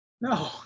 No